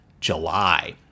July